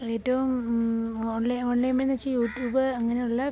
ഏറ്റവും online online വഴി എന്നുവച്ചാല് യൂ ട്യൂബ് അങ്ങനെയുള്ള